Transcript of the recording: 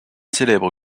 célèbre